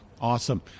Awesome